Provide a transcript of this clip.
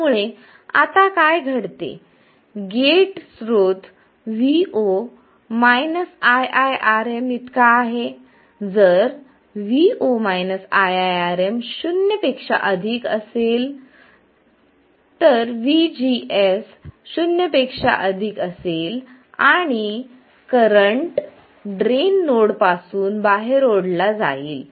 त्यामुळे काय आता घडते गेट स्रोत vo iiRmइतका आहे जर vo iiRm शून्य पेक्षा अधिक असेल vgs शून्य पेक्षा अधिक असेल आणि करंट ड्रेन नोड पासून बाहेर ओढला जाईल